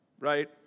right